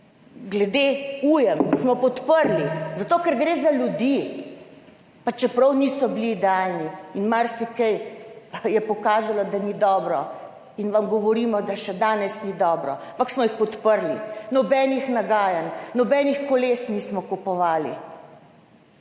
glede ujm smo podprli zato, ker gre za ljudi, pa čeprav niso bili idealni. Marsikaj se je pokazalo, da ni dobro, in vam govorimo, da še danes ni dobro, ampak smo jih podprli. Nobenih nagajanj, nobenih koles nismo kupovali,